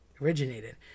originated